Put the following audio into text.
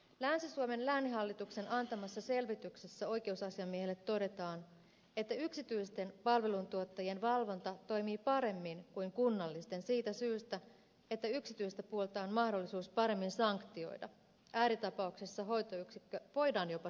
länsi suomen lääninhallituksen antamassa selvityksessä oikeusasiamiehelle todetaan että yksityisten palveluntuottajien valvonta toimii paremmin kuin kunnallisten siitä syystä että yksityistä puolta on mahdollisuus paremmin sanktioida ääritapauksessa hoitoyksikkö voidaan jopa sulkea